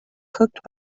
cooked